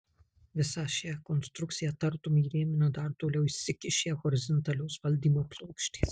visą šią konstrukciją tartum įrėmina dar toliau išsikišę horizontalios valdymo plokštės